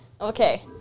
Okay